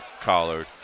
Collard